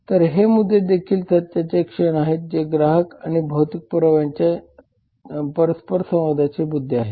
तर हे मुद्दे देखील सत्याचे क्षण आहेत जे ग्राहक आणि भौतिक पुरावा यांच्यातील परस्परसंवादाचे मुद्दे आहेत